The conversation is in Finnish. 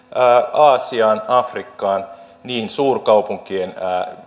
aasiaan afrikkaan niihin suurkaupunkien